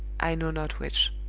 i know not which.